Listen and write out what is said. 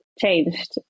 changed